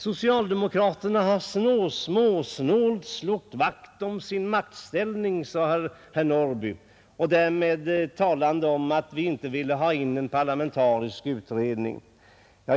Socialdemokraterna har småsnålt slagit vakt om sin maktställning, sade herr Norrby, därmed talande om att vi inte vill ha en parlamentarisk utredning.